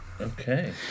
Okay